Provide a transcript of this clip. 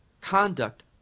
conduct